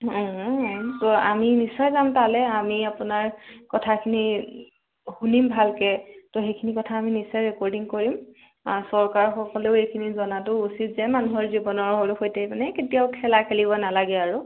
আমি নিশ্চয় যাম তালৈ আমি আপোনাৰ কথাখিনি শুনিম ভালকৈ তো সেইখিনি কথা আমি নিশ্চয় ৰেকৰ্ডিং কৰিম আ চৰকাৰ সকলেও এইখিনি জনাটো উচিত যে মানুহৰ জীৱনৰ সৈতে মানে কেতিয়াও খেলা খেলিব নালাগে আৰু